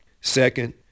Second